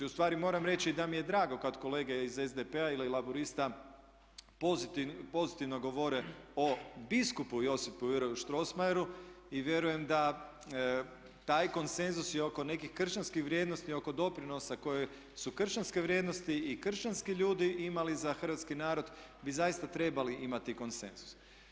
Ustvari moram reći da mi je drago kad kolege iz SDP-a ili Laburista pozitivno govore o biskupu Josipu Juraju Strossmayeru i vjerujem da taj konsenzus je i oko nekih kršćanskih vrijednosti i oko doprinosa koje su kršćanske vrijednosti i kršćanski ljudi imali za hrvatski narod bi zaista trebali imati konsenzus.